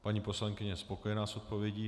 Paní poslankyně je spokojená s odpovědí.